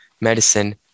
medicine